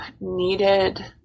needed